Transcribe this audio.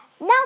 now